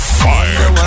fire